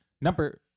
Number